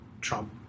Trump